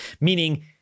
meaning